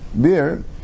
beer